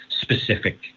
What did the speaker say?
specific